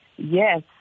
Yes